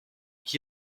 qui